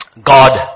God